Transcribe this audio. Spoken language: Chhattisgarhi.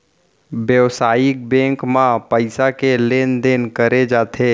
बेवसायिक बेंक म पइसा के लेन देन करे जाथे